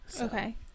Okay